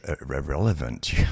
irrelevant